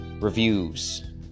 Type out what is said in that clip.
reviews